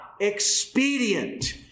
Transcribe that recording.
expedient